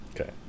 Okay